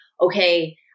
okay